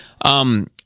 Um-